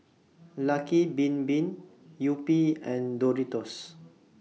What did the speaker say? Lucky Bin Bin Yupi and Doritos